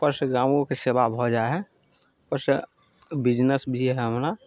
उपरसँ गाँवोके सेवा भऽ जाइ हइ उससे बिजनेस भी हइ हमरा